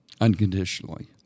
unconditionally